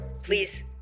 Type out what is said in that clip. Please